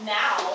now